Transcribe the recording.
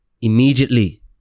immediately